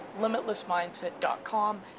LimitlessMindset.com